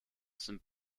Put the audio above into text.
sind